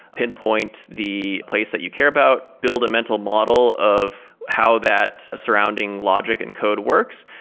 pinpoint the place that you care about, build a mental model of how that surrounding logic and code works.